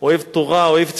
אוהב תורה, אוהב תפילה,